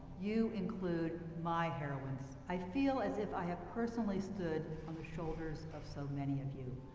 you include my heroines. i feel as if i have personally stood on the shoulders of so many of you.